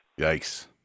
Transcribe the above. Yikes